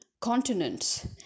continents